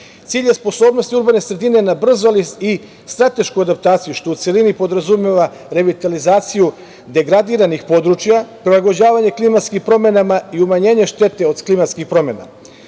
Cilj je sposobnost urbane sredine na brzu, ali i stratešku adaptaciju, što u celini podrazumeva revitalizaciju degradiranih područja, prilagođavanje klimatskim promenama i umanjenje štete od klimatskih promena. Pored